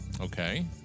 Okay